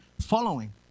following